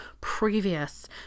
previous